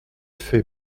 fait